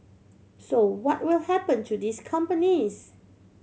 so what will happen to these companies